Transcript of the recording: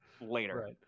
later